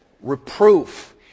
reproof